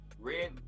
red